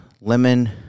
lemon